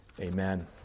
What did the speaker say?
Amen